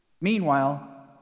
Meanwhile